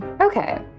okay